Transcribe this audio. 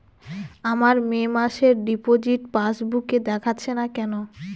আমার মে মাসের ডিপোজিট পাসবুকে দেখাচ্ছে না কেন?